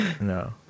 No